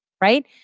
right